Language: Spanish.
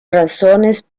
razones